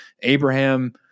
Abraham